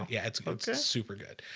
yeah, it smokes. it's super good